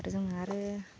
आरो जों आरो